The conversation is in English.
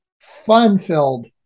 fun-filled